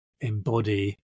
embody